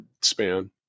span